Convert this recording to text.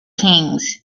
kings